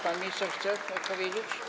Pan minister chce odpowiedzieć?